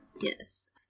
Yes